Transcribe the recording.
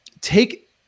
take